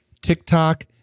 TikTok